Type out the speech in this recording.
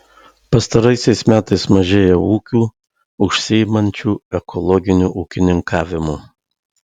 pastaraisiais metais mažėja ūkių užsiimančių ekologiniu ūkininkavimu